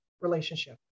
relationship